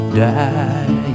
die